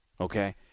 okay